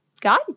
God